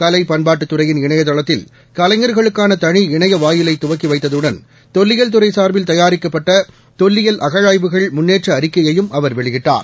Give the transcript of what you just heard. கலை பண்பாட்டுத் துறையின் இணையதளதில் கலைஞர்களுக்கான தளி இணைய வாயிலை துவக்கி வைத்ததுடன் தொல்லியல் துறை சார்பில் தயாரிக்கப்பட்ட தொல்லியல் அகழாய்வுகள் முன்னேற்ற அறிக்கையையும் அவர் வெளியிட்டார்